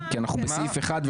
כי אנחנו בסעיף 1,